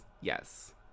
yes